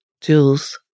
Jules